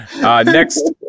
Next